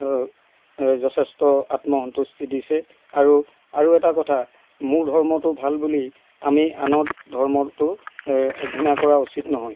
যথেষ্ট আত্ম সন্তুষ্টি দিছে আৰু আৰু এটা কথা মোৰ ধৰ্মটো ভাল বুলি আমি আনৰ ধৰ্মটো ঘৃণা কৰা উচিত নহয়